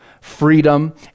freedom